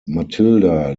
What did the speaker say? matilda